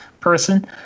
person